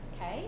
Okay